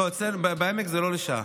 בעמק זה לא לשעה.